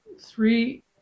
three